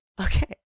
okay